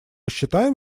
считаем